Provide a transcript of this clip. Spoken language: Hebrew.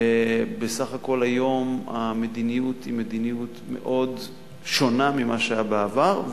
ובסך הכול היום המדיניות שונה מאוד ממה שהיה בעבר.